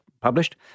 published